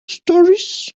stories